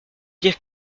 dire